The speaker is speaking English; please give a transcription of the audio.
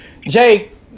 Jake